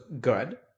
good